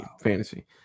Fantasy